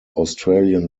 australian